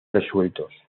resueltos